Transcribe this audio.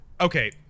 Okay